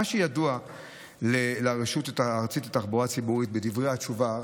מה שידוע לרשות הארצית לתחבורה הציבורית בדברי התשובה,